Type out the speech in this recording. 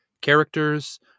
characters